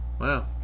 wow